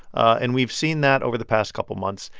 and we've seen that over the past couple months.